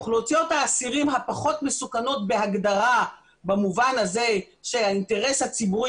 אוכלוסיות האסירים הפחות מסוכנות בהגדרה במובן הזה שהאינטרס הציבורי